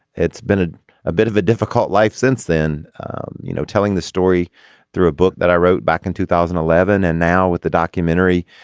it's been ah a bit of a difficult life since then you know telling the story through a book that i wrote back in two thousand and eleven and now with the documentary.